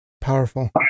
Powerful